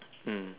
mm